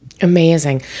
Amazing